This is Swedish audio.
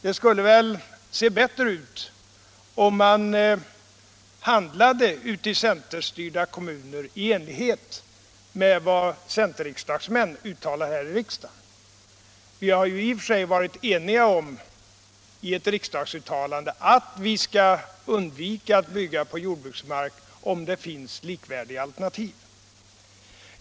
Det skulle väl se bättre ut om man ute i centerstyrda kommuner handlade i enlighet med vad centerriksdagsmän uttalar här i riksdagen. Vi har ju i ett riksdagsuttalande varit eniga om att vi skall undvika att bygga på jordbruksmark om det finns likvärdiga alternativ.